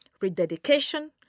rededication